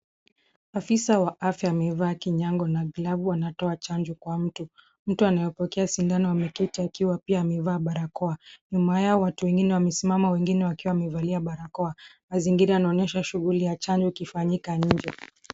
Afisa wa afya amevaa kinyago na glavu anatoa chanjo kwa mtu. Mtu anayepokea sindano ameketi akiwa pia amevalia barakoa. Nyuma yao watu wengine wamesimama, wengine wakiwa wamevalia barakoa. Mazingira yanaonyesha shughuli ya chanjo ikifanyika nje.